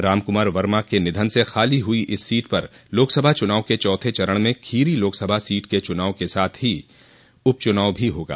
रामकुमार वर्मा के निधन र्स खाली हुई इसे सीट पर लोकसभा चुनाव के चौथे चरण में खीरी लोकसभा सीट के चुनाव के साथ ही उपचुनाव भी होगा